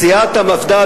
סיעת המפד"ל,